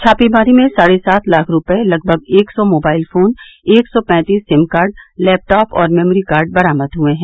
छापेमारी में साढ़े सात लाख रुपये लगभग एक सौ मोबाइल फोन एक सौ पैंतीस सिमकार्ड लैपटॉप और मेमोरी कार्ड बरामद हुए हैं